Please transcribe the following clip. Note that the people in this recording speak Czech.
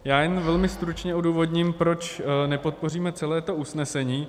Já jen velmi stručně odůvodním, proč nepodpoříme celé to usnesení.